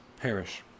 perish